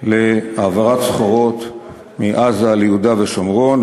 להעברת סחורות מעזה ליהודה ושומרון,